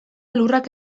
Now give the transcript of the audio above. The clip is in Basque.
lurrak